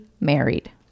married